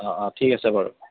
অঁ অঁ ঠিক আছে বাৰু